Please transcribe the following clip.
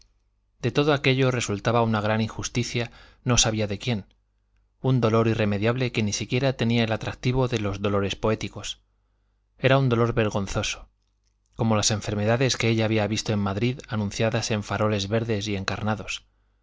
de todo aquello resultaba una gran injusticia no sabía de quién un dolor irremediable que ni siquiera tenía el atractivo de los dolores poéticos era un dolor vergonzoso como las enfermedades que ella había visto en madrid anunciadas en faroles verdes y encarnados